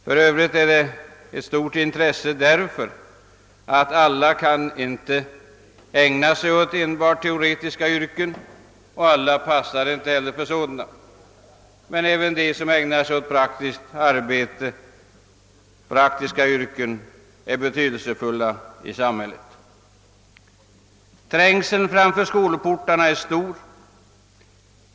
För övrigt är denna utbildning ett stort intresse med hänsyn till att alla inte kan ägna sig åt enbart teoretiska yrken. Alla passar inte för sådana. Men även de som ägnar sig åt praktiska yrken är betydelsefulla i samhället. Trängseln framför skolportarna är stor.